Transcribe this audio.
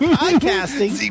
podcasting